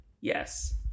Yes